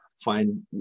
find